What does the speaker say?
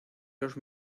los